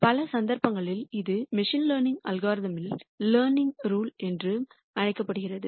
பல சந்தர்ப்பங்களில் இது மெஷின் லேர்னிங் அல்காரிதமில் லேர்னிங் ரூல் என்றும் அழைக்கப்படுகிறது